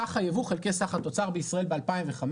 סך היבוא חלקי סך התוצר בישראל ב-2005,